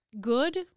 good